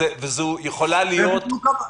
זו בדיוק הבעיה.